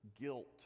guilt